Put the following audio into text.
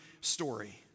story